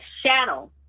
shadow